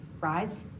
rise